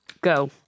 go